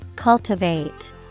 Cultivate